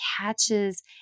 catches